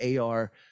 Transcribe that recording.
AR